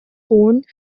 horn